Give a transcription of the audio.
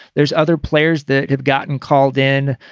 there's other players that have gotten called in.